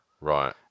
right